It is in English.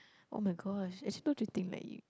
[oh]-my-gosh actually don't you think like you